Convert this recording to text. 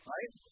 Right